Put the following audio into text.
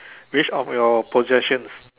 which of your possessions